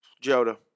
Jota